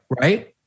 right